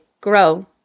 grow